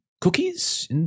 cookies